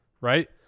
Right